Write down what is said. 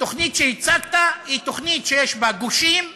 התוכנית שהצגת היא תוכנית שיש בה גושים וחומות,